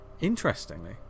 Interestingly